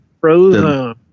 frozen